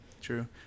true